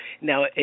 Now